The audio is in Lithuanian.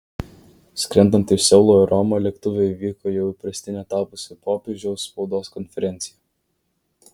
skrendant iš seulo į romą lėktuve įvyko jau įprastine tapusi popiežiaus spaudos konferencija